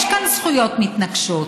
יש כאן זכויות מתנגשות,